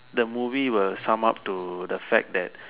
the movie will Sum up to the fact that